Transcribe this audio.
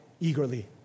eagerly